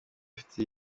ifite